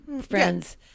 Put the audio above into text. friends